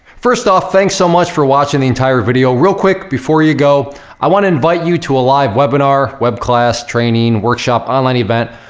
first off, thanks so much for watching the entire video. real quick before you go i wanna invite you to a live webinar, web class, training, workshop, online event,